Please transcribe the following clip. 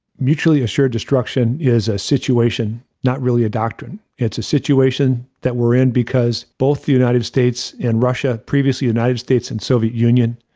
mutually assured destruction is a situation, not really a doctrine. it's a situation that we're in because both the united states and russia, previously united states and soviet union,